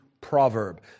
proverb